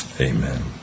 Amen